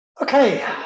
Okay